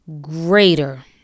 greater